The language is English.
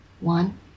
One